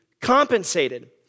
compensated